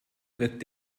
wirkt